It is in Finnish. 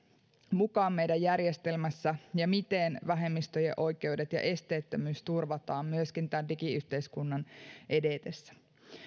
mukaan meidän järjestelmässämme ja miten vähemmistöjen oikeudet ja esteettömyys turvataan myöskin tämän digiyhteiskunnan edetessä